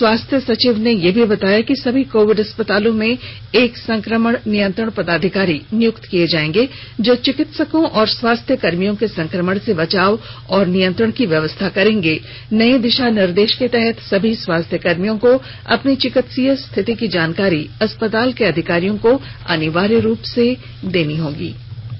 स्वास्थ्य सचिव ने यह भी बताया कि सभी कोविड अस्पतालों में एक संक्रमण नियंत्रण पदाधिकारी नियुक्त किए जाएंगे जो चिकित्सकों और स्वास्थ्यकर्मियों के संक्रमण से बचाव व नियंत्रण की व्यवस्था करेंगे नए दिशा निर्देश के तहत सभी स्वास्थ्यकर्मियों को अपनी चिकित्सीय स्थिति की जानकारी अस्पताल के अधिकारियों को अनिवार्य रुप से देंगे